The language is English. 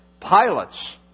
pilots